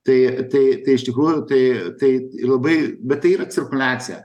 tai tai tai iš tikrųjų tai tai labai bet tai yra cirkuliacija